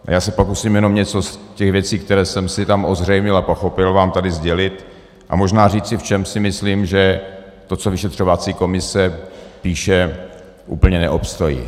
Já se pak musím pokusit jenom něco z těch věcí, které jsem si tam ozřejmil a pochopil, vám tady sdělit a možná říci, v čem si myslím, že to, co vyšetřovací komise píše, úplně neobstojí.